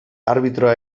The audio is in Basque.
arbitroa